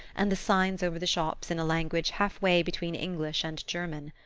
and the signs over the shops in a language half way between english and german.